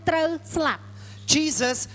Jesus